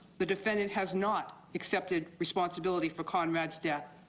the defendant has not accepted responsibility for conrad's death.